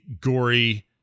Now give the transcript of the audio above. gory